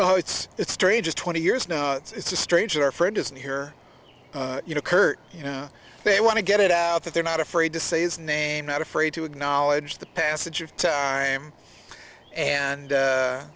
oh it's it's strange twenty years now it's a strange our friend isn't here you know kurt you know they want to get it out that they're not afraid to say his name not afraid to acknowledge the passage of time and